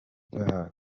bwayo